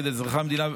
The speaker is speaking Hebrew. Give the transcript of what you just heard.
נגד אזרחי המדינה,